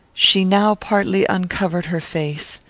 she now partly uncovered her face.